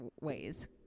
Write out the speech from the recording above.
ways